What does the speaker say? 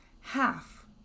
half